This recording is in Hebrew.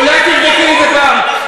אולי תבדקי את זה פעם?